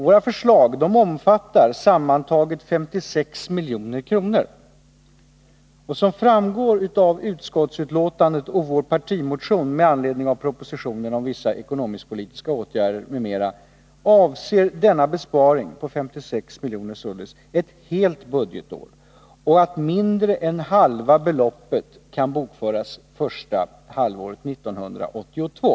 Våra förslag omfattar sammanlagt 56 milj.kr. Som framgår av utskottsbetänkandet och vår partimotion med anledning av propositionen om vissa ekonomisk-politiska åtgärder m.m., avser denna besparing helt budgetår och att mindre än halva beloppet kan bokföras på första halvåret 1982.